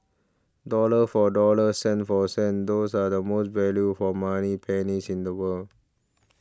dollar for dollar cent for cent those are the most value for money pennies in the world